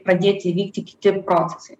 pradėti vykti kiti procesai